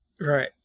Right